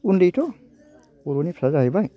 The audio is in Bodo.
उन्दैथ' बर'नि फिसा जाहैबाय